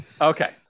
Okay